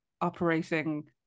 operating